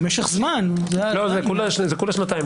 זה כולה שנתיים.